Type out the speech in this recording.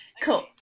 cool